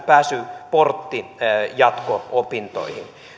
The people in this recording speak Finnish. pääsyportti jatko opintoihin